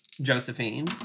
Josephine